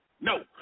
No